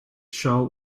shaw